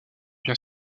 bien